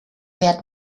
wert